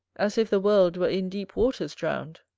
as if the world were in deep waters drown'd.